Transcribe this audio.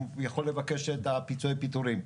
הוא יכול לקבל פיצויי פיטורין.